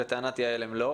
ולטענת יעל הם לא.